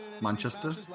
Manchester